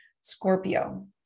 Scorpio